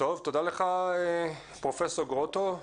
תודה לך, פרופ' גרוטו.